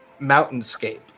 mountainscape